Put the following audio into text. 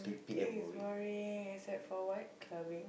everything is boring except for what clubbing